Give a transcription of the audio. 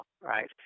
right